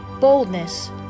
boldness